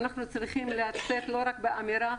אנחנו צריכים לצאת לא רק באמירה,